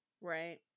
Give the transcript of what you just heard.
Right